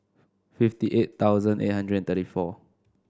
fifty eight thousand eight hundred and thirty four